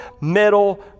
middle